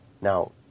Now